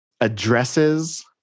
addresses